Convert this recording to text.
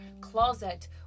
closet